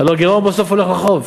הלוא הגירעון בסוף הולך לחוב.